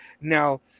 Now